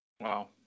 Wow